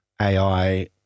AI